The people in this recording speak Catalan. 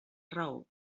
raó